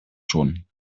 schon